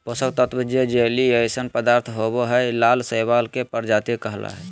पोषक तत्त्व जे जेली जइसन पदार्थ होबो हइ, लाल शैवाल के प्रजाति कहला हइ,